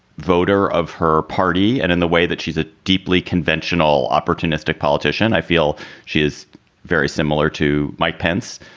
voter of her party and in the way that she's a deeply conventional, opportunistic politician, i feel she is very similar to mike pence.